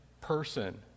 person